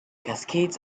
cascades